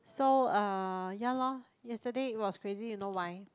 so uh ya loh yesterday it was crazy you know why